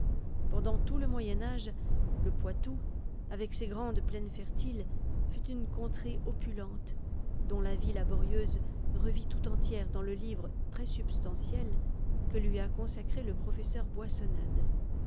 pendant tout le moyen âge le poitou avec ses grandes plaines fertiles fut une contrée opulente dont la vie laborieuse revit tout entière dans le livre très substantiel que lui a consacré le professeur boissonnade